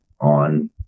on